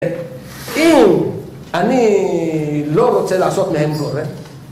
אם אני לא רוצה לעשות מהם גורם